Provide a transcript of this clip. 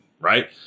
right